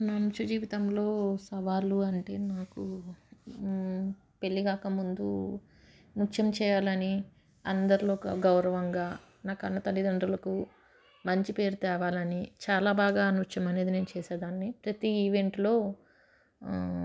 నా నృత్య జీవితంలో సవాళ్లు అంటే నాకు పెళ్లిగాక ముందు నృత్యం చేయాలని అందరిలో ఒక గౌరవంగా నా కన్నతల్లిదండ్రులకు మంచి పేరు తేవాలని చాలా బాగా నృత్యం అనేది నేను చేసేదాన్ని ప్రతి ఈవెంట్లో